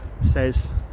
says